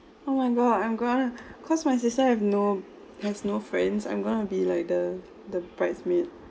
oh my god I'm going to cause my sister have no has no friends I'm going to be like the the bridesmaid